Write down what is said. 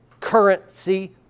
currency